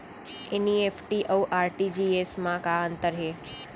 NEFT अऊ RTGS मा का अंतर हे?